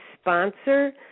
sponsor